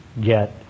get